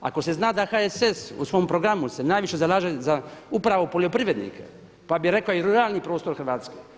Ako se zna da HSS u svom programu se najviše zalaže za upravo poljoprivrednike, pa bih rekao i ruralni prostor Hrvatske.